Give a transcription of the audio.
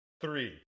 three